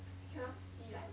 cannot see like